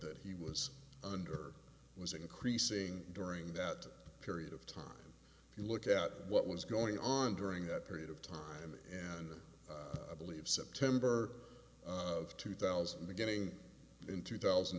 that he was under was increasing during that period of time he looked at what was going on during that period of time and i believe september of two thousand the getting in two thousand